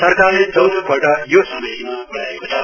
सरकारले चौथो पल्ट यो समयसीमा बढाएकोछ